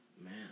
man